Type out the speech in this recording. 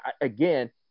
again